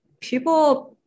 people –